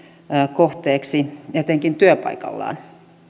kohteeksi etenkin työpaikallaan